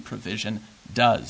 provision does